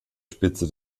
spitze